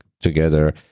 together